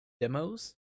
demos